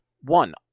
one